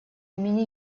имени